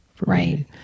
right